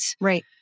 Right